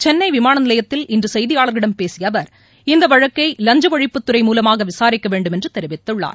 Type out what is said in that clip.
சென்னைவிமானநிலையத்தில் இன்றுசெய்தியாளர்களிடம் பேசியஅவர் இந்தவழக்கைலஞ்சஒழிப்புத் துறை மூலமாகவிசாரிக்கவேண்டும் என்றதெரிவித்துள்ளார்